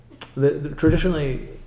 traditionally